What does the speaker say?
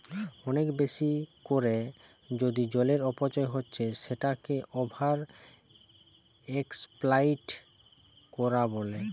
অনেক বেশি কোরে যদি জলের অপচয় হচ্ছে সেটাকে ওভার এক্সপ্লইট কোরা বলে